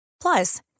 Plus